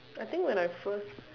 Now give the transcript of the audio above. I think when I first